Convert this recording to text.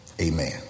Amen